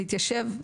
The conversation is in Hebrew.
להתיישב,